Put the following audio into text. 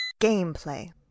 Gameplay